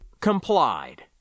complied